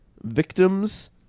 victims